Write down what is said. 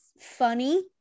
funny